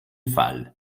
fall